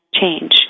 change